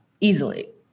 easily